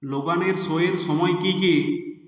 Logan র show এর সময় কি কি